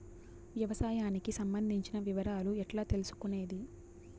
వ్యవసాయానికి సంబంధించిన వివరాలు ఎట్లా తెలుసుకొనేది?